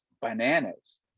bananas